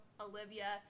Olivia